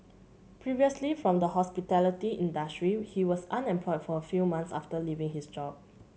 previously from the hospitality industry he was unemployed for few months after leaving his job